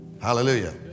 Hallelujah